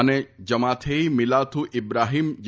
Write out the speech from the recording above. અને જમાથેઇ મીલાથુ ઇબ્રાહીમ જે